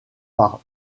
par